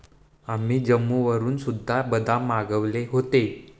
आम्ही जम्मूवरून सुद्धा बदाम मागवले होते